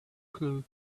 clue